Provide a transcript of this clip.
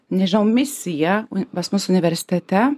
nežinau misija pas mus universitete